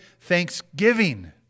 thanksgiving